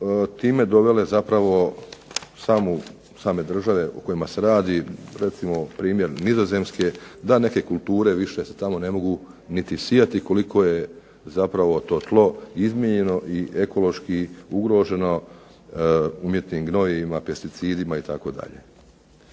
time dovele same države u kojima se radi primjer Nizozemske da neke kulture se tamo ne mogu sijati koliko je to tlo izmijenjeno i ekološki ugroženo umjetnim gnojivima, pesticidima itd.